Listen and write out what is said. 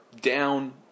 down